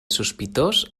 sospitós